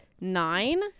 nine